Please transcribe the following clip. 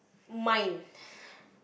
mind